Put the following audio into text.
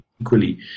equally